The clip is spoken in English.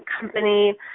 company